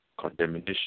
condemnation